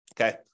Okay